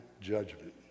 judgment